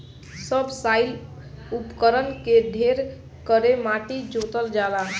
subsoil उपकरण से ढेर कड़ेर माटी जोतल जाला